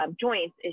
joints